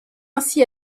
ainsi